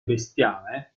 bestiame